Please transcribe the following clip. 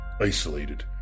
isolated